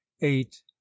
eight